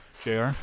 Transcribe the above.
Jr